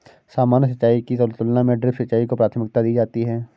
सामान्य सिंचाई की तुलना में ड्रिप सिंचाई को प्राथमिकता दी जाती है